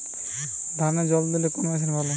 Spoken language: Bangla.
ধানে জল দিতে কোন মেশিন ভালো?